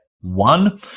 one